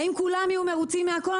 האם כולם יהיו מרוצים מהכול?